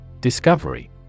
Discovery